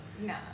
No